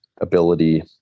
ability